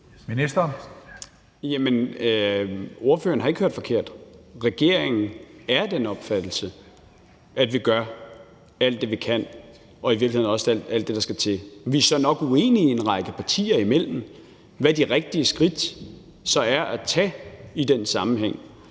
(Peter Hummelgaard): Spørgeren har ikke hørt forkert. Regeringen er af den opfattelse, at vi gør alt det, vi kan, og i virkeligheden også alt det, der skal til. Vi er så en række partier imellem nok uenige om, hvad de rigtige skridt er at tage i den sammenhæng,